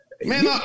Man